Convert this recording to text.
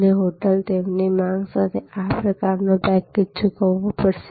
અને હોટેલે તેમની માંગ સાથે આ પ્રકારનું પેકેજ ચૂકવવું પડશે